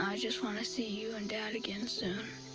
ah just want to see you and dad again soon.